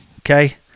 Okay